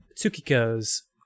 tsukiko's